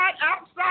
outside